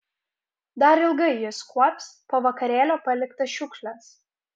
dar ilgai jis kuops po vakarėlio paliktas šiukšles